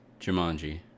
Jumanji